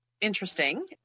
interesting